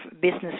business